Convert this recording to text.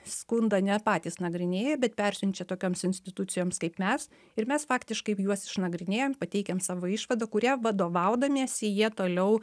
skundą ne patys nagrinėja bet persiunčia tokioms institucijoms kaip mes ir mes faktiškai juos išnagrinėjam pateikiam savo išvadą kuria vadovaudamiesi jie toliau